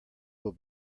will